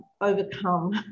overcome